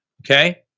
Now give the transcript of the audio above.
Okay